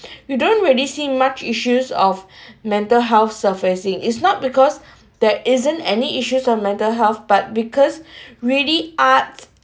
you don't really see much issues of mental health surfacing is not because that isn't any issues on mental health but because ready arts